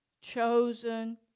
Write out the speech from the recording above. chosen